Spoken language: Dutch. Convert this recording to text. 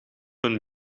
hun